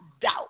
doubt